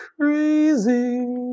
crazy